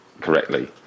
correctly